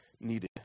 needed